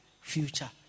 future